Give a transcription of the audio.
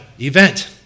event